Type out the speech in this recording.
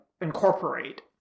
incorporate